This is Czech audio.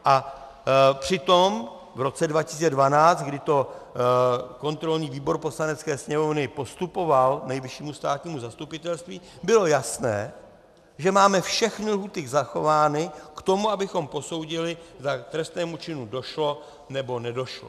A přitom v roce 2012, kdy to kontrolní výbor Poslanecké sněmovny postupoval Nejvyššímu státnímu zastupitelství, bylo jasné, že máme všechny lhůty zachovány k tomu, abychom posoudili, zda k trestnému činu došlo, nebo nedošlo.